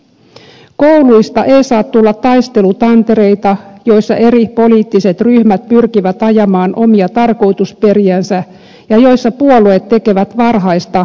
kouluista ei saa tulla taistelutantereita joissa eri poliittiset ryhmät pyrkivät ajamaan omia tarkoitusperiänsä ja joissa puolueet tekevät varhaista vaalityötä